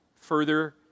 Further